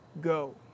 go